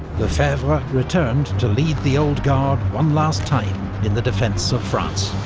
lefebvre returned to lead the old guard one last time in the defence of france,